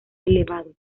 elevados